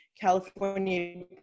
California